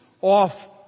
off